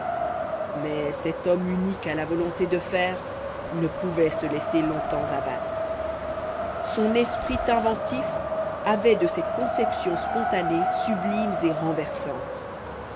mais cet homme unique à la volonté de fer ne pouvait se laisser longtemps abattre son esprit inventif avait de ces conceptions spontanées sublimes et renversantes